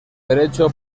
derecho